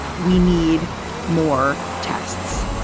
we need more tests.